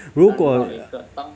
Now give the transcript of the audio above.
如果